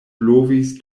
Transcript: blovis